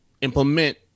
implement